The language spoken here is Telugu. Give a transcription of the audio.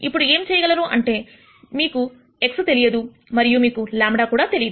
ఇప్పుడు ఏం చేయగలరు అంటే మీకు x తెలియదు మరియు మీకు λ కూడా తెలియదు